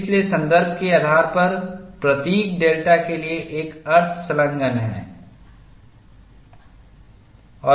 इसलिए संदर्भ के आधार पर प्रतीक डेल्टा के लिए एक अर्थ संलग्न है